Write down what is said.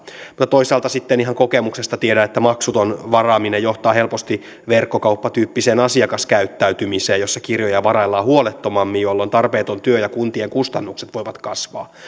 mutta toisaalta sitten ihan kokemuksesta tiedän että maksuton varaaminen johtaa helposti verkkokauppatyyppiseen asiakaskäyttäytymiseen jossa kirjoja varaillaan huolettomammin jolloin tarpeeton työ ja kuntien kustannukset voivat kasvaa